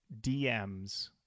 DMs